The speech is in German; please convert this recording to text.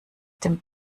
dem